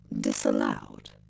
disallowed